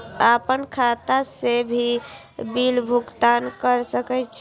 आपन खाता से भी बिल भुगतान कर सके छी?